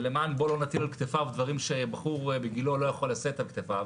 ולמען זה שלא נטיל על כתפיו דברים שבחור בגילו לא יכול לשאת על כתפיו,